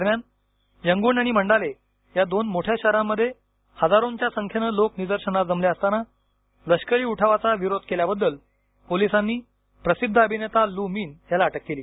दरम्यान यंगून आणि मंडाले या दोन मोठ्या शहरांमध्ये हजारोंच्या संख्येने लोक निदर्शनास जमले असताना लष्करी उठावाचा विरोध केल्याबद्दल पोलिसांनी प्रसिद्ध अभिनेता लू मीन याला अटक केली